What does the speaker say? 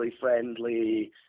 friendly